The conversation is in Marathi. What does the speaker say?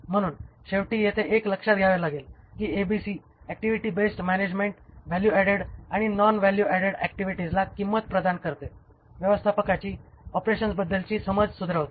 म्हणून शेवटी येथे एक लक्षात घ्यावे लागेल कि ABC activity based management value added आणि नॉन व्हॅल्यू ऍडेड ऍक्टिव्हिटीजला किंमत प्रदान करते व्यवस्थापकाची ऑपरेशन्सबद्दलची समज सुधरवते